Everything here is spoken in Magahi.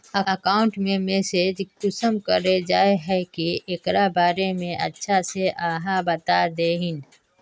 अकाउंट के मैनेज कुंसम कराल जाय है की एकरा बारे में अच्छा से आहाँ बता देतहिन?